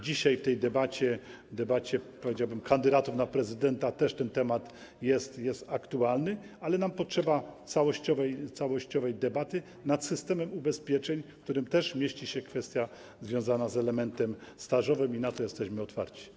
Dzisiaj w debacie, powiedziałbym, kandydatów na prezydenta też ten temat jest aktualny, ale nam potrzeba całościowej debaty nad systemem ubezpieczeń, w którym też mieści się kwestia związana z elementem stażowym i na to jesteśmy otwarci.